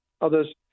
others